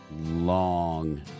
long